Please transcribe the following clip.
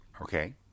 Okay